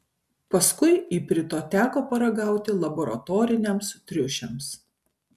paskui iprito teko paragauti laboratoriniams triušiams